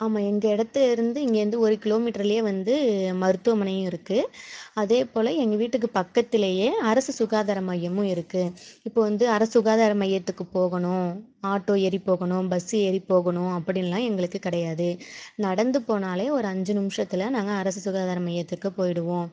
ஆமாம் எங்கள் இடத்து இருந்து இங்கேருந்து ஒரு கிலோ மீட்ருலேயே வந்து மருத்துவமனையும் இருக்குது அதே போல் எங்கள் வீட்டுக்கு பக்கத்திலேயே அரசு சுகாதார மையமும் இருக்குது இப்போது வந்து அரசு சுகாதார மையத்துக்கு போகணும் ஆட்டோ ஏறி போகணும் பஸ்ஸு ஏறி போகணும் அப்படின்லாம் எங்களுக்கு கிடையாது நடந்து போனாலே ஒரு ஐந்து நிமிஷத்தில் நாங்கள் அரசு சுகாதார மையத்துக்கு போய்விடுவோம்